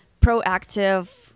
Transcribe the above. proactive